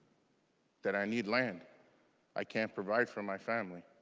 that i need landed i can provide for my family.